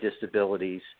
disabilities